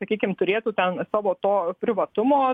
sakykim turėtų ten savo to privatumo